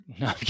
no